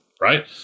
right